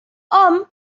hom